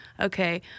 okay